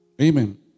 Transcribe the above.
Amen